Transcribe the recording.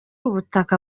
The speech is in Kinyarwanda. ubutaka